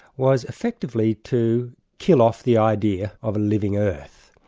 was effectively to kill off the idea of a living earth.